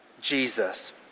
Jesus